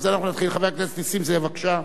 חבר הכנסת נסים זאב, בבקשה.